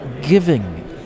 giving